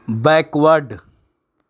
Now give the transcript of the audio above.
backward